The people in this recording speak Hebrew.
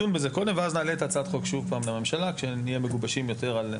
קודם ואז נעלה את הצעת החוק שוב פעם לממשלה כשנהיה מגובשים יותר,